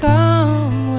Come